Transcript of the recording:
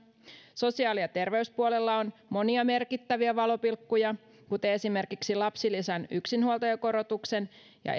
sosiaali ja terveyspuolella on monia merkittäviä valopilkkuja kuten esimerkiksi lapsilisän yksinhuoltajakorotuksen ja